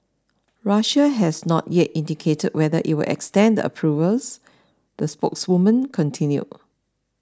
Russia has not yet indicated whether it will extend the approvals the spokeswoman continued